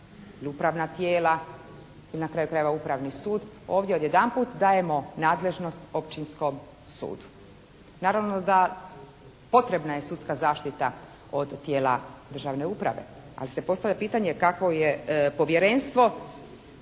Jel' upravna tijela ili na kraju krajeva Upravni sud? Ovdje odjedanput dajemo nadležnost Općinskom sudu. Naravno da potrebna je sudska zaštita od tijela državne uprave, ali se postavlja pitanje kakvo je Povjerenstvo?